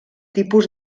tipus